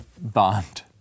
Bond